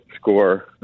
score